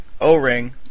O-ring